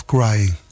Crying